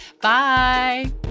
bye